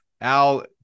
Al